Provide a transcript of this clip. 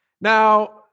Now